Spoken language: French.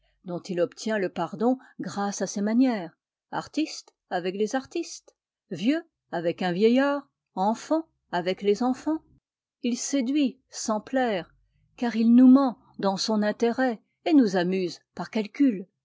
dont il obtient le pardon grâce à ses manières artiste avec les artistes vieux avec un vieillard enfant avec les enfants il séduit sans plaire car il nous ment dans son intérêt et nous amuse par calcul